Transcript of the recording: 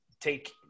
take